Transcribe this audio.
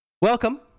welcome